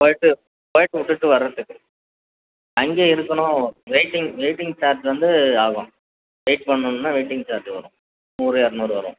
போய்ட்டு போய்ட்டு விட்டுட்டு வரதுக்கு அங்கேயே இருக்கணும் வெயிட்டிங் வெயிட்டிங் சார்ஜ் வந்து ஆகும் வெயிட் பண்ணனும்னால் வெயிட்டிங் சார்ஜ் வரும் நூறு இரநூறு வரும்